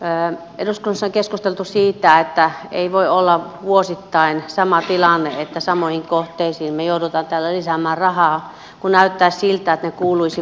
eduskunnassa on keskusteltu siitä että ei voi olla vuosittain sama tilanne että samoihin kohteisiin me joudumme täällä lisäämään rahaa kun näyttää siltä että ne kuuluisivat pohjiin